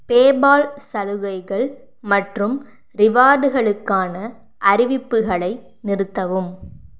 PayPal சலுகைகள் மற்றும் ரிவார்டுகளுக்கான அறிவிப்புகளை நிறுத்தவும்